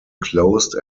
closed